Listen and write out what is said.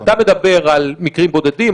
אתה מדבר על מקרים בודדים,